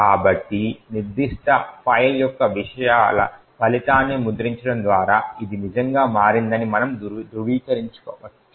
కాబట్టి నిర్దిష్ట ఫైల్ యొక్క విషయాల ఫలితాన్ని ముద్రించడం ద్వారా ఇది నిజంగా మారిందని మనము ధృవీకరించవచ్చు